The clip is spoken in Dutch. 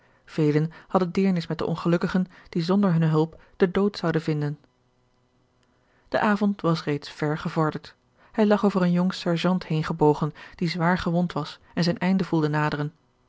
velen hadden deernis met de ongelukkigen die zonder hunne hulp den dood zouden vinden de avond was reeds ver gevorderd hij lag over een jong sergeant heengebogen die zwaar gewond was en zijn einde voelde naderen